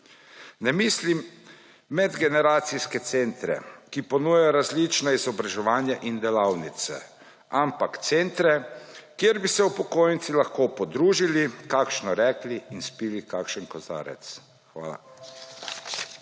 Ne mislim medgeneracijske centre, ki ponujajo različno izobraževanje in delavnice, ampak centre, kjer bi se upokojenci lahko podružili kakšno rekli in spili kakšen kozarec. Hvala.